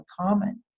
common